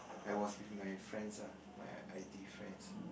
I was with my friends lah my i_t_e friends